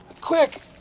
Quick